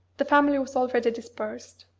the family was already dispersed.